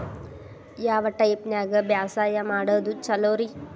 ಯಾವ ಟೈಪ್ ನ್ಯಾಗ ಬ್ಯಾಸಾಯಾ ಮಾಡೊದ್ ಛಲೋರಿ?